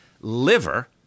liver